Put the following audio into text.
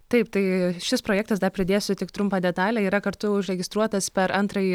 taip tai šis projektas dar pridėsiu tik trumpą detalę yra kartu užregistruotas per antrąjį